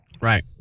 Right